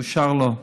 אושר לו.